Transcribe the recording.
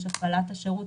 יש הפעלת השירות.